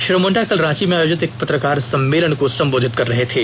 श्री मुंडा कल रांची में आयोजित एक पत्रकार सम्मेलन को संबोधित कर रहे थे